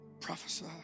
prophesy